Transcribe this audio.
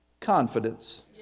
confidence